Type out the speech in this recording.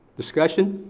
discussion?